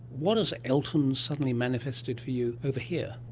what has elton suddenly manifested for you over here?